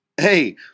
Hey